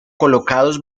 colocados